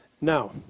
Now